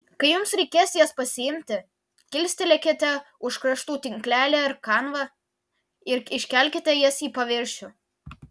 kai jums reikės jas pasiimti kilstelėkite už kraštų tinklelį ar kanvą ir iškelkite jas į paviršių